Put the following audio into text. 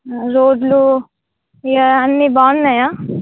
రోడ్లు ఇక అన్నీ బాగున్నాయా